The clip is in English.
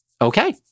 Okay